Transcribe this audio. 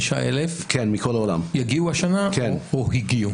יגיעו השנה או הגיעו?